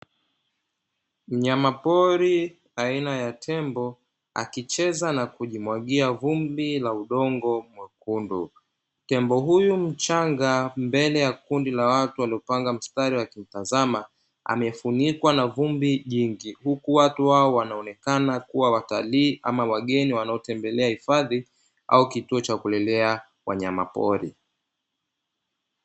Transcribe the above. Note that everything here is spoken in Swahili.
Mnyama pori aina ya tembo akicheza na kujimwagia vumbi la udongo mwekundu, tembo huyu mchanga mbele ya kundi la watu waliopanga mstari wakimtazama, amefunikwa na vumbi jingi huku watu hao wanaonekana kuwa watalii ama wageni wanaotembelea hifadhi au kituo cha kulelea wanyama pori.